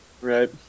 Right